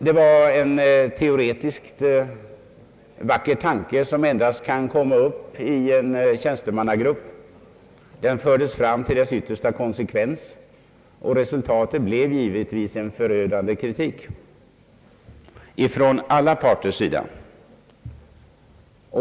Det var en teoretiskt vacker tanke, som endast kan komma upp i en tjänstemannagrupp. Den fördes fram till sin yttersta konsekvens. Resultatet blev givetvis en förödande kritik från alla parter.